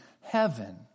heaven